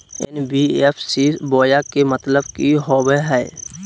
NBFC बोया के मतलब कि होवे हय?